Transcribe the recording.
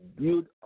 build